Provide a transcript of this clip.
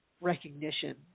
recognition